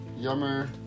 Yummer